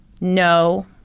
No